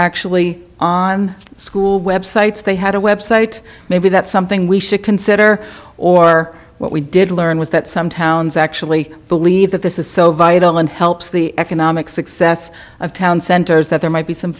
actually on school websites they had a website maybe that's something we should consider or what we did learn was that some towns actually believe that this is so vital and helps the economic success of town centers that there might be some